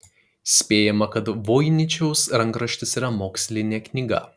spėjama kad voiničiaus rankraštis yra mokslinė knyga